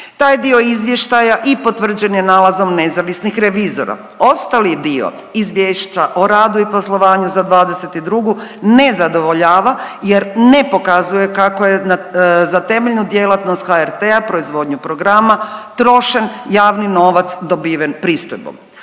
Taj dio izvještaja i potvrđen je nalazom nezavisnih revizora. Ostali dio izvješća o radu i poslovanju za '22. ne zadovoljava jer ne pokazuje kako je za temeljnu djelatnost HRT-a proizvodnju programa trošen javni novac dobiven pristojbom.